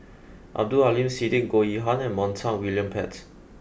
Abdul Aleem Siddique Goh Yihan and Montague William Pett